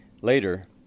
Later